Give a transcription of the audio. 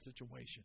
situation